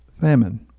famine